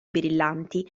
brillanti